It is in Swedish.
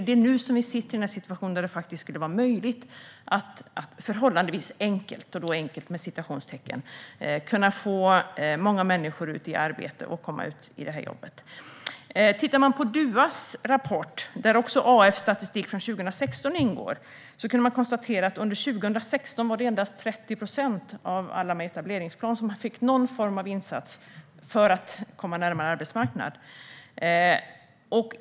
Det är nu vi sitter i situationen att det skulle vara möjligt att förhållandevis "enkelt" få många människor ut i arbete genom detta. Tittar man på DUA:s rapport där också Arbetsförmedlingens statistik för 2016 ingår kan man konstatera att under 2016 var det endast 30 procent av alla med etableringsplan som fick någon form av insats för att komma närmare arbetsmarknaden.